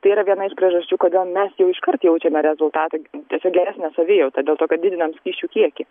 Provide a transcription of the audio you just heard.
tai yra viena iš priežasčių kodėl mes jau iškart jaučiame rezultatą tiesiog geresnė savijauta dėl to kad didinam skysčių kiekį